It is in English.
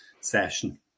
session